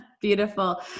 Beautiful